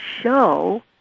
show